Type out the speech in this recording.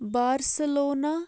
Barcelona